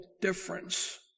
difference